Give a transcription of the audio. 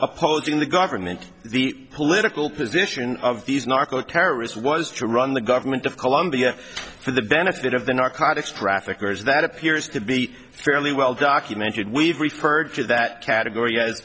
opposing the government the political position of these narco terrorists was to run the government of colombia for the benefit of the narcotics traffickers that appears to be fairly well documented we've referred to that category as